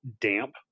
damp